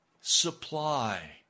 supply